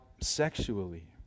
sexually